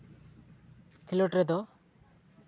ᱠᱷᱮᱞᱳᱰ ᱨᱮᱫᱚ